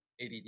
ADD